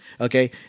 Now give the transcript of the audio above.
okay